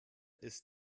ist